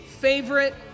Favorite